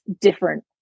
different